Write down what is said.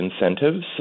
incentives